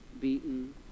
beaten